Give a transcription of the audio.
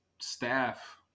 staff